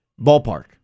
ballpark